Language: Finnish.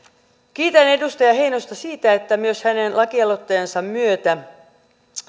kiitän edustaja heinosta siitä että myös hänen lakialoitteensa myötä